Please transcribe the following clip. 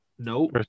No